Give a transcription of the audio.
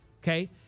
okay